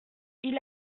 ils